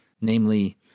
namely